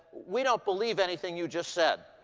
we don't believe anything you just said.